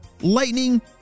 lightning